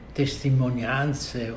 testimonianze